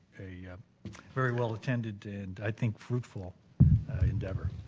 a very well attended and i think fruitful endeavor.